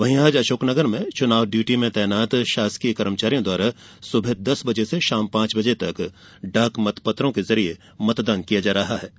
वहीं आज अशोकनगर में चुनाव ड्यूटी में तैनात शासकीय कर्मचारियों द्वारा सुबह दस बजे से शाम पांच बजे तक डाक मत पत्रों के जरिए मतदान करेंगे